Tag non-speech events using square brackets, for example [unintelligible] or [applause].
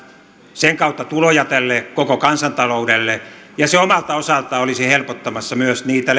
sen kautta tuloja tälle koko kansantaloudelle ja se omalta osaltaan olisi helpottamassa myös niitä [unintelligible]